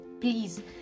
please